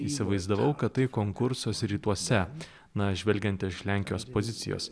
įsivaizdavau kad tai konkursas rytuose na žvelgiant iš lenkijos pozicijos